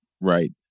Right